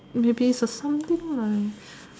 maybe something like